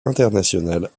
internationale